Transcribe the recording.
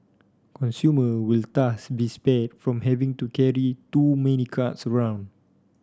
consumer will thus be spared from having to carry too many cards around